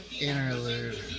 Interlude